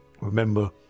remember